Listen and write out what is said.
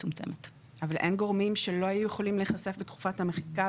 אין גורמים שלא היו יכולים להיחשף בתקופת המחיקה,